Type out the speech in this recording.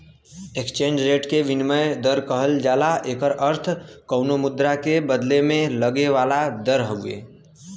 exchange rate के विनिमय दर कहल जाला एकर अर्थ कउनो मुद्रा क बदले में लगे वाला दर हउवे